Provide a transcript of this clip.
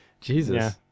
jesus